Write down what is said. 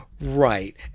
Right